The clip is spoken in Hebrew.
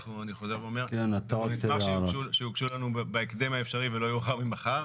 אני חוזר ואומר שנשמח שיוגשו לנו בהקדם האפשרי ולא יאוחר ממחר